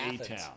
A-Town